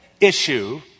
issue